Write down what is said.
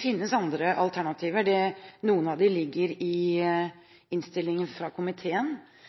finnes andre alternativer. Noen av dem er tatt inn i innstillingen fra komiteen,